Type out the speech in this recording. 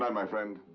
my my friend.